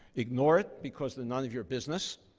ignore it because they're none of your business.